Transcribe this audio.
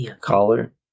collar